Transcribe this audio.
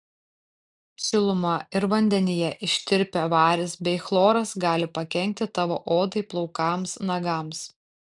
šiluma ir vandenyje ištirpę varis bei chloras gali pakenkti tavo odai plaukams nagams